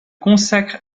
consacre